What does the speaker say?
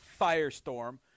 firestorm